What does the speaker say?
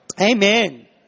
Amen